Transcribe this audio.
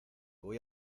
voy